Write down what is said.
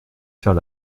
faire